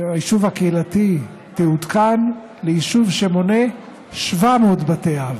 היישוב הקהילתי, תעודכן ליישוב שמונה 700 בתי אב.